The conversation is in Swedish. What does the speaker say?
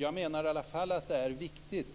Jag menar i alla fall att det är viktigt